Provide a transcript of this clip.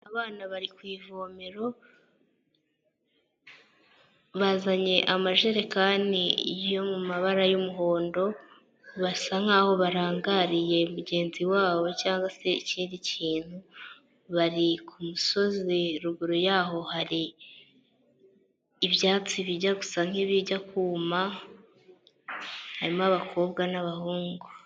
Abana bari ku ivomero bazanye amajerekani yo mu mabara y'umuhondo, basa nkaho barangariye mugenzi wabo cyangwa se ikindi kintu bari ku misozi, ruguru yaho hari ibyatsi bijya gusa nk'ibijya kuma, harimo abakobwa n'abahungu.